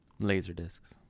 Laserdiscs